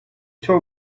told